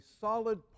solid